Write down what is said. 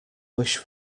wish